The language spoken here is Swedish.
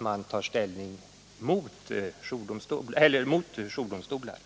man där tar ställning mot jourdomstolar.